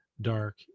dark